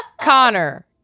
Connor